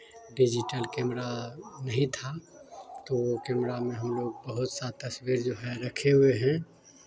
digital camera नहीं था तो कैमरा में हम लोग बहुत सा तस्वीर जो है रखे हुए हैं